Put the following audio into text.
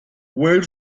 weir